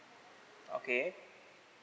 okay